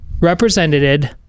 represented